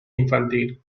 infantil